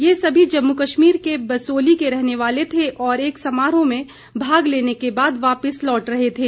ये सभी जम्मू कश्मीर के बसोली के रहने वाले थे और एक समारोह में भाग लेने के बाद वापिस लौट रहे थे